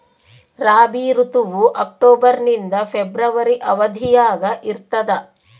ರಾಬಿ ಋತುವು ಅಕ್ಟೋಬರ್ ನಿಂದ ಫೆಬ್ರವರಿ ಅವಧಿಯಾಗ ಇರ್ತದ